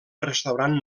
restaurant